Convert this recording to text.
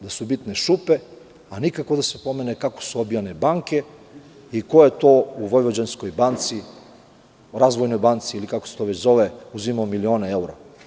Da su bitne šupe, a nikako da se pomene kako su obijane banke i ko je te u „Vojvođanskoj banci“ ili „Razvojnoj banci Vojvodine“ uzimao milione evra.